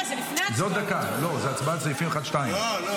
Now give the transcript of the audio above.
לא, אז עוד דקה, זו הצבעה על סעיפים 1 ו-2, לא?